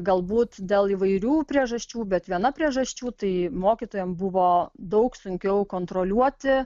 galbūt dėl įvairių priežasčių bet viena priežasčių tai mokytojam buvo daug sunkiau kontroliuoti